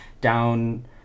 down